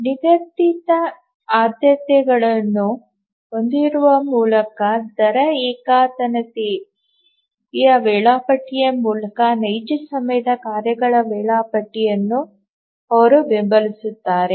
ನಿಗದಿತ ಆದ್ಯತೆಗಳನ್ನು ಒದಗಿಸುವ ಮೂಲಕ ದರ ಏಕತಾನತೆಯ ವೇಳಾಪಟ್ಟಿಯ ಮೂಲಕ ನೈಜ ಸಮಯದ ಕಾರ್ಯಗಳ ವೇಳಾಪಟ್ಟಿಯನ್ನು ಅವರು ಬೆಂಬಲಿಸುತ್ತಾರೆ